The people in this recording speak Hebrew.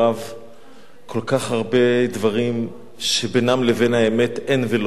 כל כך הרבה דברים שבינם לבין האמת אין ולא כלום,